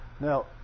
Now